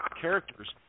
characters